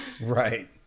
Right